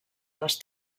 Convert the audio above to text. les